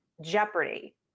jeopardy